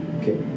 Okay